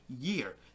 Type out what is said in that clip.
year